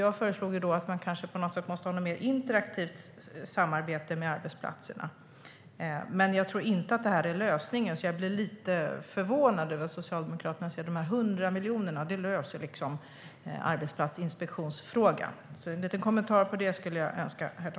Jag föreslog då att man kanske måste ha ett mer interaktivt samarbete med arbetsplatserna. Men jag tror inte att det här är lösningen, så jag blir lite förvånad över Socialdemokraternas 100 miljoner. De löser inte arbetsplatsinspektionsfrågan. Jag skulle önska en liten kommentar om det.